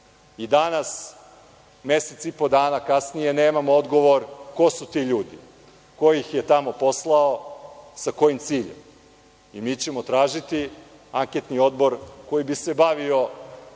Danas, mesec i po dana kasnije, nemamo odgovor ko su ti ljudi, ko ih je tamo poslao, sa kojim ciljem. Mi ćemo tražiti anketni odbor koji bi se bavio